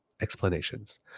Explanations